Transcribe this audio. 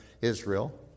Israel